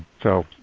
so,